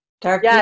dark